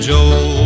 Joe